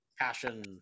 Passion